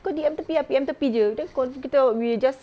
kau D_M tepi ah P_M jer then call kita we just